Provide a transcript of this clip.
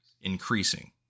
increasing